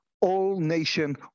all-nation